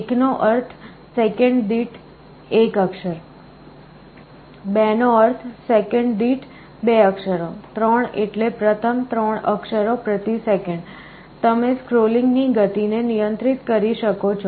1 નો અર્થ સેકંડ દીઠ 1 અક્ષર 2 નો અર્થ સેકંડ દીઠ 2 અક્ષરો 3 એટલે પ્રથમ 3 અક્ષરો પ્રતિ સેકંડ તમે સ્ક્રોલિંગની ગતિ ને નિયંત્રિત કરી શકો છો